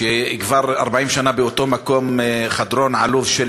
כבר 40 שנה באותו מקום, חדרון עלוב של